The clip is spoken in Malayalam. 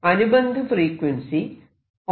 അനുബന്ധ ഫ്രീക്വൻസി nn m